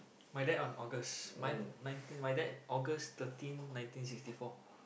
my dad on August my my dad August thirteen nineteen sixty four